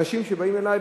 אנשים שבאים אלי,